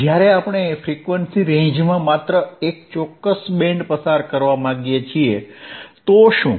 જ્યારે આપણે ફ્રીક્વન્સી રેન્જમાં માત્ર એક ચોક્કસ બેન્ડ પસાર કરવા માંગીએ છીએ તો શું